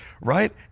right